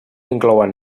inclouen